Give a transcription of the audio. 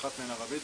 אחת מהן ערבית,